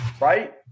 right